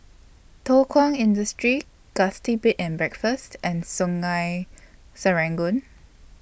Thow Kwang Industry Gusti Bed and Breakfast and Sungei Serangoon